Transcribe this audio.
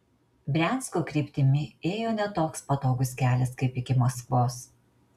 briansko kryptimi ėjo ne toks patogus kelias kaip iki maskvos